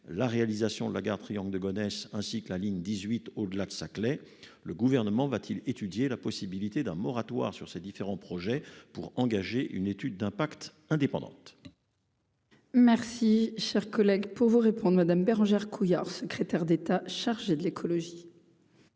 la réalisation de la gare triangle de Gonesse, ainsi que la ligne 18 au-delà de Saclay, le gouvernement va-t-il étudier la possibilité d'un moratoire sur ces différents projets pour engager une étude d'impact indépendante. Merci, cher collègue, pour vous répondre Madame Bérangère Couillard, secrétaire d'État chargée de l'écologie.